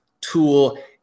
tool